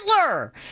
Hitler